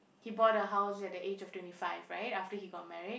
he bought a house at the age of twenty five right after he got married